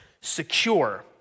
secure